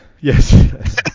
Yes